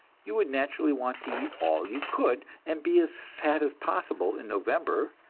you would naturally want to eat all you could, and be as fat as possible in november,